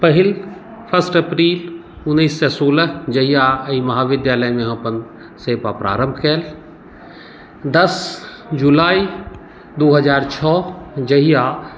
पहिल first April उन्नैस सए सोलह जहिया एहि महाविद्यालयमे हम अपन सेवा प्रारम्भ कयल दस जुलाई दू हजार छओ जहिया